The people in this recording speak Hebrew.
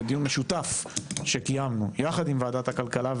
דיון משותף שקיימנו יחד עם ועדת הכלכלה,